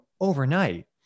overnight